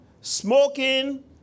smoking